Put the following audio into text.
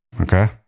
okay